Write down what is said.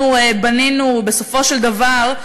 בסופו של דבר,